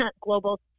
global